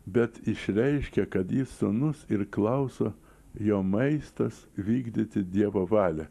bet išreiškia kad jis sūnus ir klauso jo maistas vykdyti dievo valią